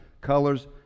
colors